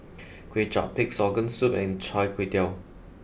Kway Chap Pig'S organ soup and Chai Tow Kuay